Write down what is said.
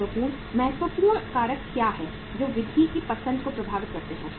महत्वपूर्ण महत्वपूर्ण कारक क्या हैं जो विधि की पसंद को प्रभावित करते हैं